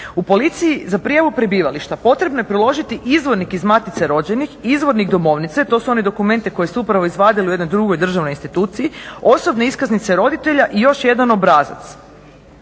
U policiji za prijavu prebivališta potrebno je priložiti izvornik iz matice rođenih, izvornik domovnice, to su oni dokumenti koje ste upravo izvadili u jednoj drugoj državnoj instituciji, osobne iskaznice roditelja i još jedan obrazac.